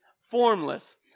formless